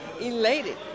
elated